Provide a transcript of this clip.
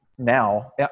Now